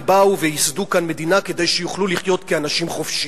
ובאו וייסדו כאן מדינה כדי שיוכלו לחיות כאנשים חופשיים.